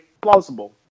plausible